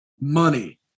money